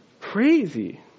Crazy